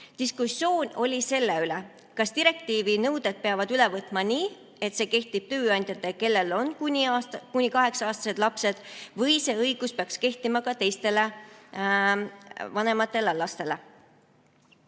Diskussioon oli selle üle, kas direktiivi nõuded peab üle võtma nii, et see kehtib tööandjatele, kelle [töötajatel] on kuni 8-aastased lapsed, või see õigus peaks kehtima ka teistele vanematele ja lastele.